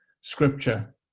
scripture